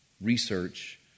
research